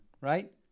right